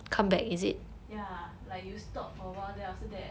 ya like you stop for awhile then after that